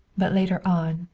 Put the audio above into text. but later on,